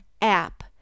app